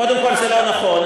קודם כול, זה לא נכון.